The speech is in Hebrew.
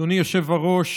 אדוני היושב-ראש.